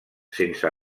sense